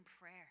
prayer